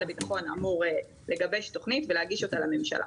הבטחון אמור לגבש תכנית ולהגיש אותה לממשלה.